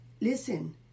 listen